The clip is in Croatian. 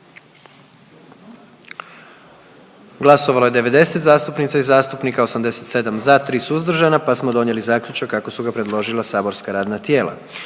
Glasovalo je 117 zastupnica i zastupnika, 115 za, 2 suzdržana pa smo donijeli zaključak kako su ga predložila saborska radna tijela.